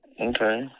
okay